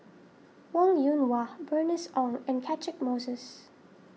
Wong Yoon Wah Bernice Ong and Catchick Moses